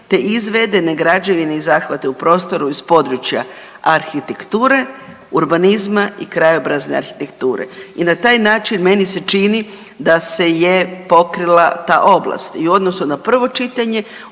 te izvedene građevine i zahvate u prostoru iz područja arhitekture, urbanizma i krajobrazne arhitekture i na taj način meni se čini da se je pokrila ta oblast i u odnosu na prvo čitanje,